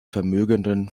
vermögenden